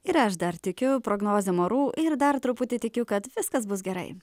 ir aš dar tikiu prognozėm orų ir dar truputį tikiu kad viskas bus gerai